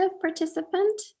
participant